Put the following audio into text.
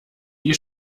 die